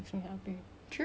but after